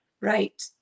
right